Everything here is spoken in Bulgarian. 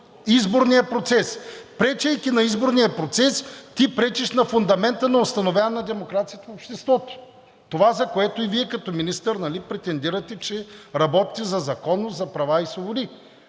изборния процес. Пречейки на изборния процес, ти пречиш на фундамента на установяване на демокрация в обществото – това, за което и Вие като министър претендирате, че работите за законност, за права и свободи.